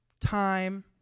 time